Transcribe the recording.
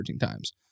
times